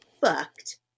fucked